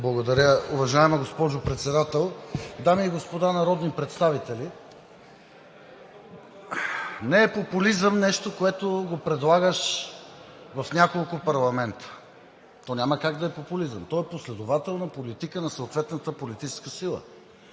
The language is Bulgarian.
Благодаря, уважаема госпожо Председател. Дами и господа народни представители! Не е популизъм нещо, което предлагаш в няколко парламента. Няма как да е популизъм, то е последователна политика на съответната политическа сила.